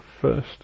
first